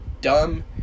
dumb